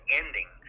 ending